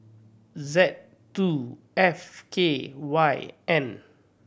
Z two F K Y N